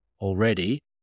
already